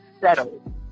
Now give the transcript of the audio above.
settle